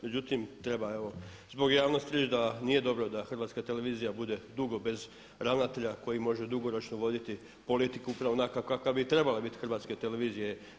Međutim, treba evo zbog javnosti reći da nije dobro da Hrvatska televizija bude dugo bez ravnatelja koji može dugoročno voditi politiku upravo onako kakva bi trebale biti Hrvatske televizije.